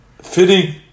fitting